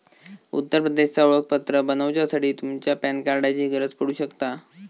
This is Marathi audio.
उत्तर प्रदेशचा ओळखपत्र बनवच्यासाठी तुमच्या पॅन कार्डाची गरज पडू शकता